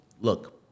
look